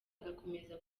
agakomeza